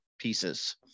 pieces